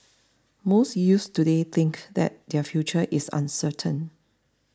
most youths today think that their future is uncertain